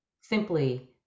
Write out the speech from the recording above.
simply